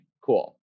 cool